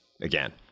again